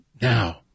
now